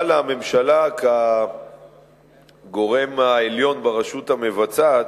אבל הממשלה, כגורם העליון ברשות המבצעת,